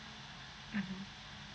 mmhmm